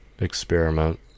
Experiment